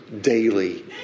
daily